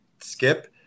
skip